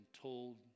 told